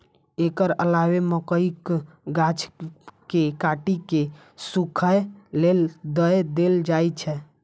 एकर अलावे मकइक गाछ कें काटि कें सूखय लेल दए देल जाइ छै